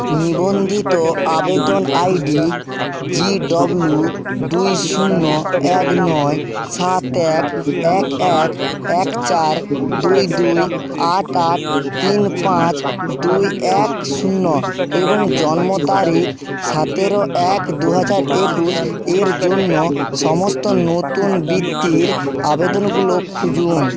নিবন্ধিত আবেদন ID GW দুই শূন্য এক নয় সাত এক এক এক এক চার দুই দুই আট আট তিন পাঁচ দুই এক শূন্য এবং জন্ম তারিখ সতের এক দু হাজার একুশ এর জন্য সমস্ত নতুন বৃত্তির আবেদনগুলো খুঁজুন